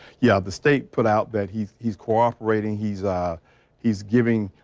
yeah, the state put out that he's he's cooperating. he's ah he's giving.